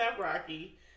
Rocky